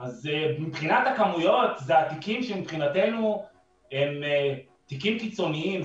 אז מבחינת הכמויות זה התיקים שמבחינתנו הם תיקים קיצוניים,